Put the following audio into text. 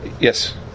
Yes